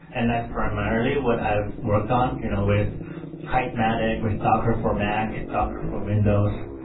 and that's primarily what i've worked on you know with kitematic, with docker for mac, docker for windows,